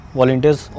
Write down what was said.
volunteers